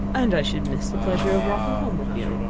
and i should miss the pleasure of walking home with you.